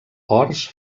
horts